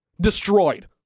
Destroyed